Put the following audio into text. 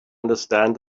understand